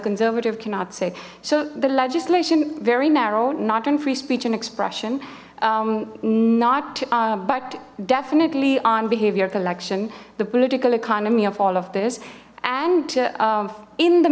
conservative cannot say so the legislation very narrow not on free speech and expression not but definitely on behavior collection the political economy of all of this and in the